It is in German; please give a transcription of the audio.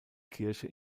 kirche